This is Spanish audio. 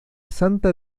santa